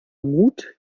mut